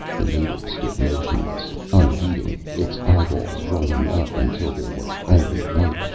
the native stood motionless, unheeding, its eyeballs rolling up until there was only white,